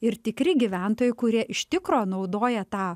ir tikri gyventojai kurie iš tikro naudoja tą